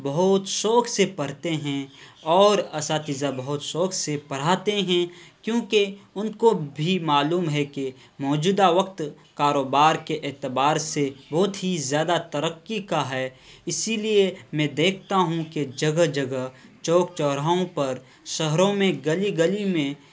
بہت شوق سے پڑھتے ہیں اور اساتذہ بہت شوق سے پڑھاتے ہیں کیوںکہ ان کو بھی معلوم ہے کہ موجودہ وقت کاروبار کے اعتبار سے بہت ہی زیادہ ترقی کا ہے اسی لیے میں دیکھتا ہوں کہ جگہ جگہ چوک چوراہوں پر شہروں میں گلی گلی میں